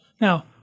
Now